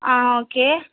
ஆ okay